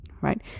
right